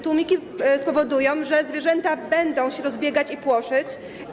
Tłumiki spowodują, że zwierzęta będą się rozbiegać i płoszyć.